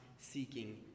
seeking